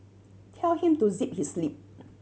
tell him to zip his lip